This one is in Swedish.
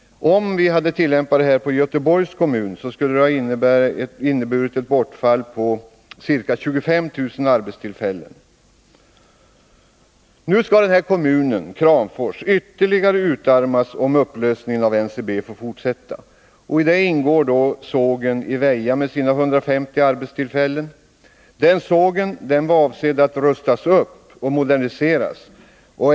Omräknat till de förhållanden som gäller i Göteborgs kommun skulle det motsvara ett bortfall på ca 25 000 arbetstillfällen. Kramfors kommun kommer att ytterligare utarmas om upplösningen av NCEB får fortgå ännu längre. I den bilden ingår också sågen i Väja med sina 150 arbetstillfällen. Avsikten var att den sågen skulle ha rustats upp och moderniserats.